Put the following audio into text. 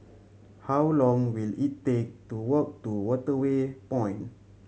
how long will it take to walk to Waterway Point